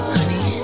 honey